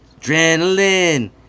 Adrenaline